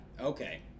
okay